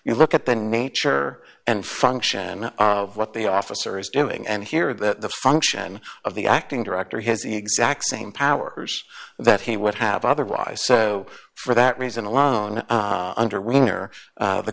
you look at the nature and function of what the officer is doing and hear that the function of the acting director has the exact same powers that he would have otherwise so for that reason alone under winger